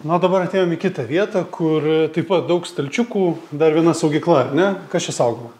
na o dabar atėjom į kitą vietą kur taip pat daug stalčiukų dar viena saugykla ar ne kas čia saugoma